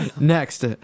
Next